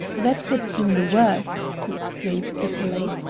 that's what's been the worst! he exclaimed bitterly.